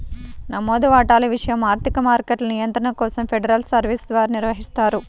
నమోదు వాటాల విషయం ఆర్థిక మార్కెట్ల నియంత్రణ కోసం ఫెడరల్ సర్వీస్ ద్వారా నిర్వహిస్తారు